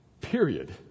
Period